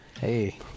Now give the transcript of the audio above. hey